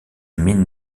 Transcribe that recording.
mine